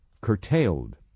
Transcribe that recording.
curtailed